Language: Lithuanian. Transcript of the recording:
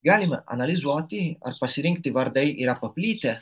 galime analizuoti ar pasirinkti vardai yra paplitę